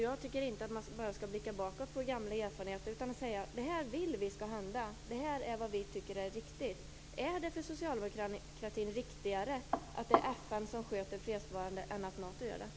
Jag tycker inte att man bara skall blicka bakåt på det gamla FN utan säga: Det här vill vi skall hända, det här är vad vi tycker är riktigt. Är det för socialdemokratin riktigare att FN sköter fredsbevarandet än att Nato gör det?